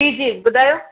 जी जी ॿुधायो